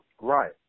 Right